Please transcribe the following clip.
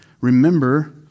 Remember